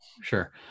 Sure